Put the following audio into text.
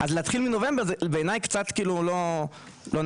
להתחיל מנובמבר זה קצת לא נאה.